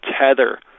tether